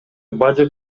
бажы